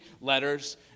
letters